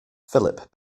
philip